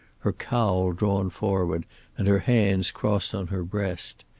her cowl drawn forward and her hands crossed on her breast.